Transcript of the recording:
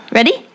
Ready